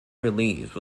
release